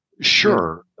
Sure